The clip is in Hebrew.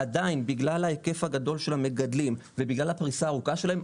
עדיין בגלל ההיקף הגדול של המגדלים ובגלל הפריסה הארוכה שלהם,